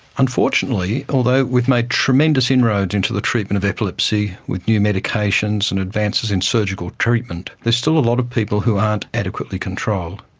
unfortunately, although we've made tremendous inroads into the treatment of epilepsy with new medications and advances in surgical treatment, there's still a lot of people who aren't adequately controlled.